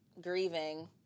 Grieving